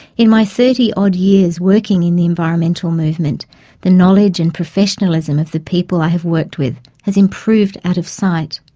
in my thirty odd years working in the environmental movement the knowledge and professionalism of the people i have worked with has improved out of sight.